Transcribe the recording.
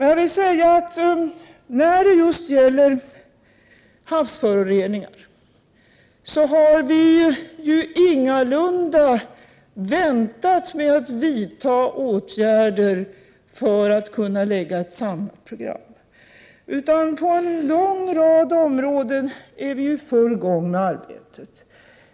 När det gäller just havsföroreningarna, har vi emellertid ingalunda väntat med att vidta åtgärder för att kunna lägga fram ett samlat program. På en lång rad områden är vi i full gång med arbetet.